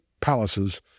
palaces